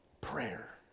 prayer